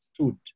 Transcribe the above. stood